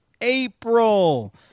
April